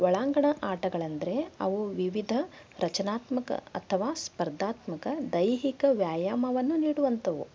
ಒಳಾಂಗಣ ಆಟಗಳೆಂದರೆ ಅವು ವಿವಿಧ ರಚನಾತ್ಮಕ ಅಥವಾ ಸ್ಪರ್ಧಾತ್ಮಕ ದೈಹಿಕ ವ್ಯಾಯಾಮವನ್ನು ನೀಡುವಂಥವು